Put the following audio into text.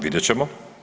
Vidjet ćemo.